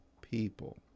people